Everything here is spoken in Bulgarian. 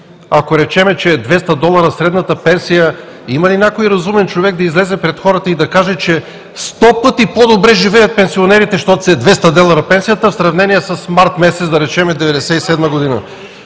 Ако речем, че е 200 долара средната пенсия, има ли някой разумен човек да излезе пред хората и да каже, че сто пъти по-добре живеят пенсионерите, защото е 200 долара пенсията в сравнение с март месец, да речем, 1997 г.?